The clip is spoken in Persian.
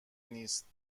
نیست